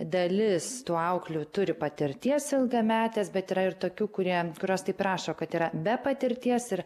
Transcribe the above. dalis tų auklių turi patirties ilgametės bet yra ir tokių kurie kurios taip ir rašo kad yra be patirties ir